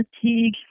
fatigue